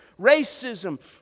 racism